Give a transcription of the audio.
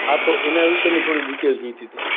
હા તો એના વિશેની થોડી ડિટેલ જોઈતી હતી